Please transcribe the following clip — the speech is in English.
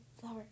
Flower